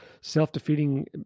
self-defeating